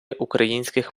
українських